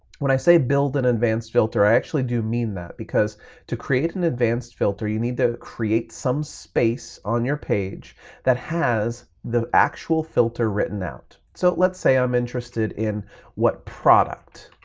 when i say build an advanced filter, i actually do mean that. because to create an advanced filter, you need to create some space on your page that has the actual filter written out. so let's say i'm interested in what product